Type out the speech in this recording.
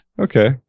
Okay